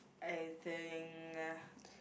I think uh